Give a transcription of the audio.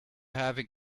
having